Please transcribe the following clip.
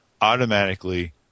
automatically